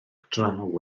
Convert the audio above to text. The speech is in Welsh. draw